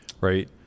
right